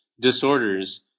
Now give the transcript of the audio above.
disorders